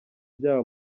byaba